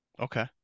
Okay